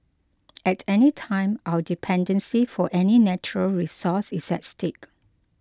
at any time our dependency for any natural resource is at stake